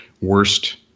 worst